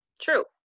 True